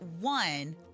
one